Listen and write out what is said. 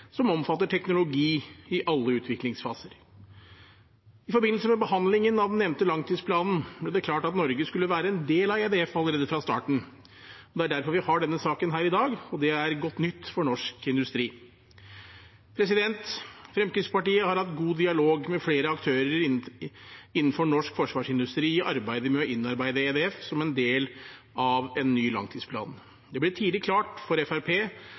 som omfatter teknologi i alle utviklingsfaser. I forbindelse med behandlingen av den nevnte langtidsplanen ble det klart at Norge skulle være en del av EDF allerede fra starten. Det er derfor vi har denne saken i dag, og det er godt nytt for norsk industri. Fremskrittspartiet har hatt god dialog med flere aktører innenfor norsk forsvarsindustri i arbeidet med å innarbeide EDF som en del av en ny langtidsplan. Det ble tidlig klart for